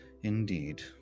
Indeed